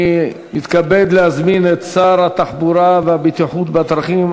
אני מתכבד להזמין את שר התחבורה והבטיחות בדרכים,